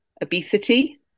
obesity